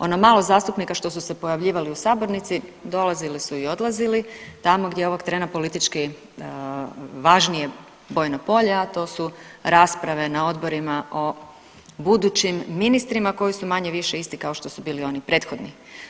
Ono malo zastupnika što su se pojavljivali u sabornici, dolazili su i odlazili tamo gdje je ovog trena politički važnije bojno polje, a to su rasprave na odborima o budućim ministrima koji su manje-više isti kao što su bili oni prethodni.